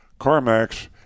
CarMax